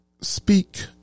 speak